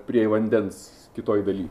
prie vandens kitoj daly